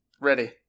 Ready